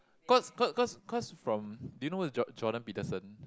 cause cause cause cause from do you know who is Jor~ Jordan-Peterson